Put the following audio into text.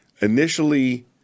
initially